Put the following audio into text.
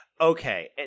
Okay